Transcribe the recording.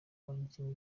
kwandikwa